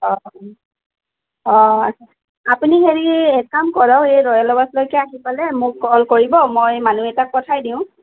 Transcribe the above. অ' অ' আপুনি হেৰি এক কাম কৰক এই ৰয়েল আৱাস লৈকে আহি পালে মোক কল কৰিব মই মানুহ এটাক পঠাই দিওঁ